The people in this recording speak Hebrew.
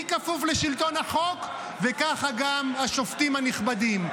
אני כפוף לשלטון החוק וככה גם השופטים הנכבדים.